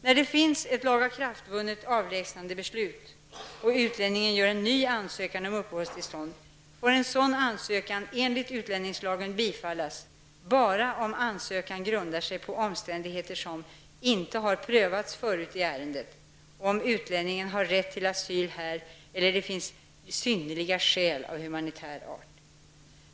När det finns ett lagakraftvunnet avlägsnandebeslut och utlänningen gör en ny ansökan om uppehållstillstånd, får en sådan ansökan enligt utlänningslagen bifallas bara om ansökan grundar sig på omständigheter som inte har prövats förut i ärendet och om utlänningen har rätt till asyl här eller det annars finns synnerliga skäl av humanitär art.